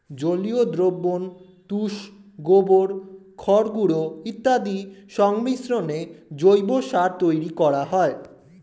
জলীয় দ্রবণ, তুষ, গোবর, খড়গুঁড়ো ইত্যাদির সংমিশ্রণে জৈব সার তৈরি করা হয়